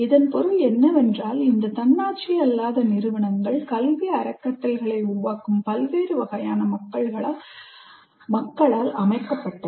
இதன் பொருள் என்னவென்றால் இந்த தன்னாட்சி அல்லாத நிறுவனங்கள் கல்வி அறக்கட்டளைகளை உருவாக்கும் பல்வேறு வகையான மக்களால் அமைக்கப்பட்டவை